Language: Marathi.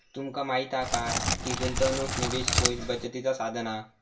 तुमका माहीत हा काय की गुंतवणूक निवेश कोष बचतीचा साधन हा